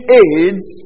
aids